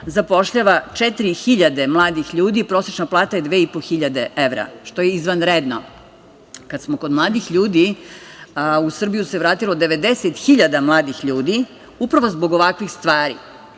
Zapošljava 4.000 mladih ljudi, prosečna plata je 2.500 evra, što je izvanredno. Kad smo kod mladih ljudi, u Srbiju se vratilo 90.000 mladih ljudi upravo zbog ovakvih stvari,